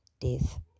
death